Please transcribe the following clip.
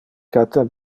cata